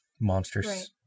monsters